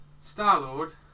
Star-Lord